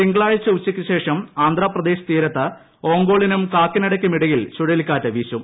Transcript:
തിങ്കളാഴ്ച ഉച്ചയ്ക്കുശേഷം ആന്ധ്രാപ്രദേശ് തീരത്ത് ഓങ്കോളിനും കാക്കിനടയ്ക്കും ഇടയിൽ ചുഴലിക്കാറ്റ് വീശും